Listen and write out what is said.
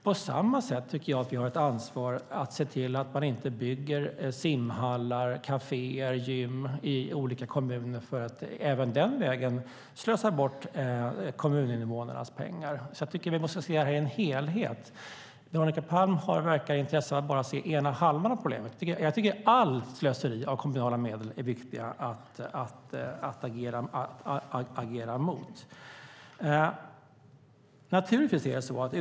På samma sätt har vi ett ansvar att se till att man inte bygger simhallar, kaféer och gym i olika kommuner för att även den vägen slösa bort kommuninvånarnas pengar. Vi måste se en helhet. Veronica Palm verkar ha intresse av att bara se ena halvan av problemet. Det är viktigt att agera mot allt slöseri av kommunala medel.